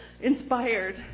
inspired